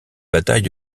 bataille